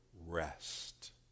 rest